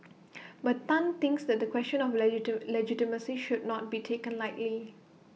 but Tan thinks that the question of legit legitimacy should not be taken lightly